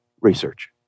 research